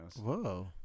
Whoa